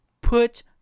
put